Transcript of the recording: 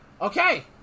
Okay